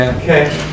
okay